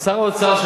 שר האוצר,